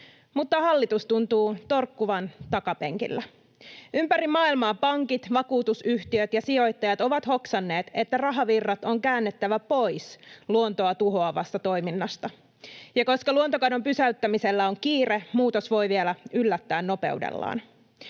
mutta hallitus tuntuu torkkuvan takapenkillä. Ympäri maailmaa pankit, vakuutusyhtiöt ja sijoittajat ovat hoksanneet, että rahavirrat on käännettävä pois luontoa tuhoavasta toiminnasta, ja koska luontokadon pysäyttämisellä on kiire, muutos voi vielä yllättää nopeudellaan.